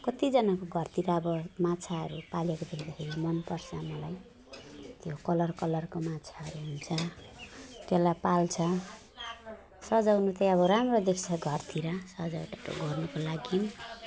कतिजनाको घरतिर अब माछाहरू पालेको देख्दाखेरि मन पर्छ मलाई त्यो कलर कलरको माछाहरू हुन्छ त्यसलाई पाल्छ सजाउनु चाहिँ अब राम्रो देख्छ घरतिर सजावट गर्नुको लागि